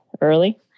early